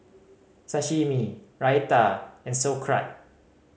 Sashimi Raita and Sauerkraut